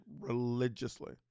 religiously